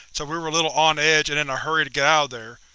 so we were a little on-edge and in a hurry to get out of there.